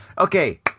Okay